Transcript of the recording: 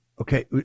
Okay